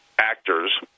actors